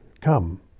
come